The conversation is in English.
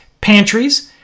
pantries